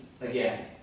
again